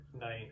night